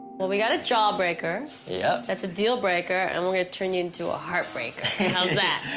well, we got a jawbreaker yep. that's a deal breaker, and we're going to turn you into a heartbreaker. how's that?